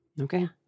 Okay